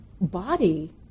body